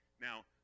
now –